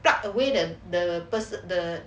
plug away to the person the